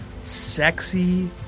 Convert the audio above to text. sexy